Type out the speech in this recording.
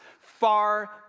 far